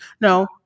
No